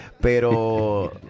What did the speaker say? pero